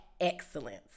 excellence